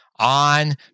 On